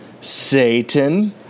Satan